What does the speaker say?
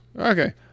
Okay